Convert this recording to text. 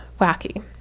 wacky